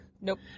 Nope